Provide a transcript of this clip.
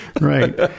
right